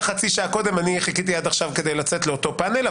חצי שעה קודם ואני חיכיתי עד עכשיו כדי לצאת לאותו פאנל.